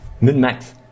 Min-max